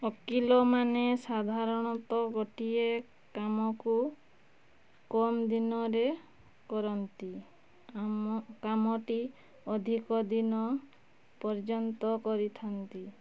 ଓକିଲମାନେ ସାଧାରଣତଃ ଗୋଟିଏ କାମକୁ କମ୍ ଦିନରେ କରନ୍ତି ଆମ କାମଟି ଅଧିକ ଦିନ ପର୍ଯ୍ୟନ୍ତ କରିଥାନ୍ତି